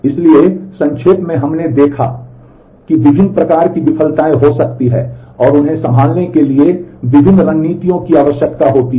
इसलिए संक्षेप में हमने देखा है कि विभिन्न प्रकार की विफलताएं हो सकती हैं और उन्हें संभालने के लिए विभिन्न रणनीतियों की आवश्यकता होती है